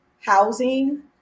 housing